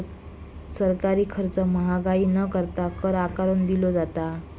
सरकारी खर्च महागाई न करता, कर आकारून दिलो जाता